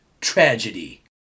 Tragedy